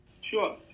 Sure